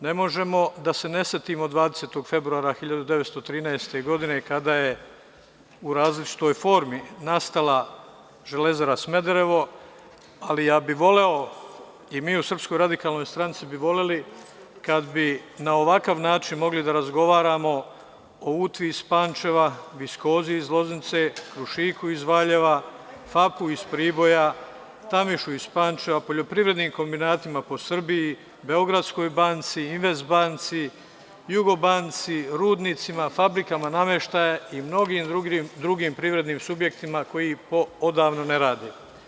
Ne možemo da se ne setimo 20. februara 1913. godine kada je u različitoj formi nastala Železara Smederevo, ali voleo bih i mi u SRS bi voleli kada bi na ovakav način mogli da razgovaramo o „Utvi“ iz Pančeva, „Viskozi“ iz Loznice, „Krušiku“ iz Valjva, FAP iz Priboja, „Tamišu“ iz Pančeva, poljoprivrednim kombinatima po Srbiji, Beogradskoj banci, Invest banci, Jugobanci, rudnicima, fabrikama nameštaja i mnogim drugim privrednim subjektima koji odavno ne rade.